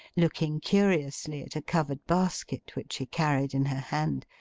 looking curiously at a covered basket which she carried in her hand,